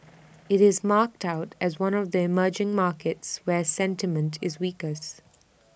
IT is marked out as one of the emerging markets where sentiment is weakest